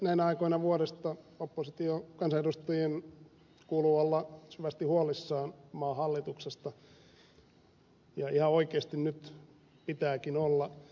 näinä aikoina vuodesta opposition kansanedustajien kuuluu olla syvästi huolissaan maan hallituksesta ja ihan oikeasti nyt pitääkin olla